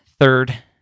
third